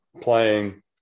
playing